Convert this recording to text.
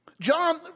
John